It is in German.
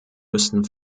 müssen